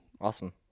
Awesome